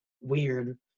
weird